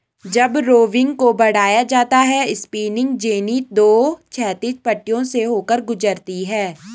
जब रोविंग को बढ़ाया जाता है स्पिनिंग जेनी दो क्षैतिज पट्टियों से होकर गुजरती है